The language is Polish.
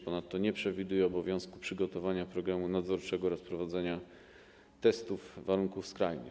Ponadto nie przewiduje obowiązku przygotowania programu nadzorczego oraz prowadzenia testów warunków skrajnych.